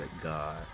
God